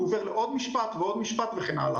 הוא עובר לעוד משפט ועוד משפט וכן הלאה.